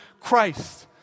Christ